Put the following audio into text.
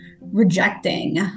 rejecting